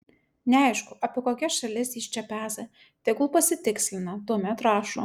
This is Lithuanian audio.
neaišku apie kokias šalis jis čia peza tegul pasitikslina tuomet rašo